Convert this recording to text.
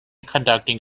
conducting